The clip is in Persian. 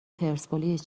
پرسپولیس